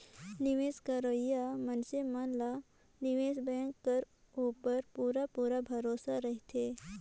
निवेस करोइया मइनसे मन ला निवेस बेंक कर उपर पूरा पूरा भरोसा रहथे